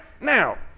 Now